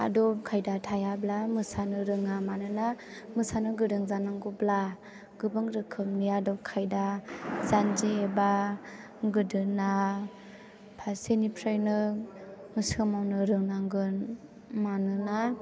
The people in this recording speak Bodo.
आदब खायदा थायाब्ला मोसानो रोङा मानोना मोसानो गोरों जानांगौब्ला गोबां रोखोमनि आदब खायदा जानजि एबा गोदोना फारसेनिफ्रायनो सोमावनो रोंनांगोन मानोना